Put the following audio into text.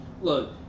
Look